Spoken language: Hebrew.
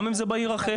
גם אם זה בעיר אחרת,